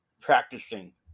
practicing